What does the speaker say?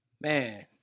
man